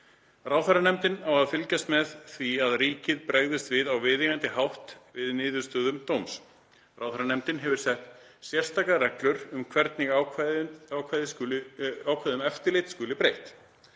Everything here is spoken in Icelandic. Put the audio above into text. Ráðherranefndin á að fylgjast með því að ríkið bregðist á viðeigandi hátt við niðurstöðum dóms. Ráðherranefndin hefur sett sérstakar reglur um það hvernig ákvæði um eftirlit skuli beitt.